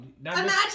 imagine